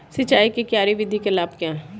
सिंचाई की क्यारी विधि के लाभ क्या हैं?